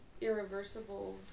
irreversible